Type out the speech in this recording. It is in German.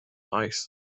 reichs